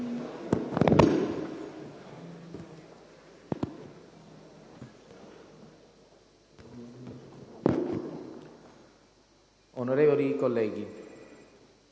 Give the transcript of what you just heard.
Onorevoli colleghi,